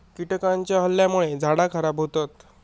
कीटकांच्या हल्ल्यामुळे झाडा खराब होतत